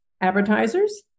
advertisers